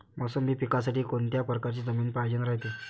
मोसंबी पिकासाठी कोनत्या परकारची जमीन पायजेन रायते?